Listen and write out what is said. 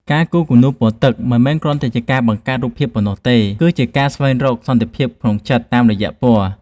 ការគូរគំនូរពណ៌ទឹកមិនមែនគ្រាន់តែជាការបង្កើតរូបភាពប៉ុណ្ណោះទេ គឺជាការស្វែងរកសន្តិភាពក្នុងចិត្តតាមរយៈពណ៌។